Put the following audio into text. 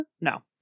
No